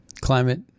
Climate